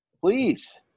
Please